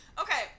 Okay